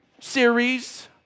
series